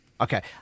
Okay